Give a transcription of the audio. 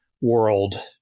world